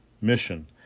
mission